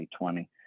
2020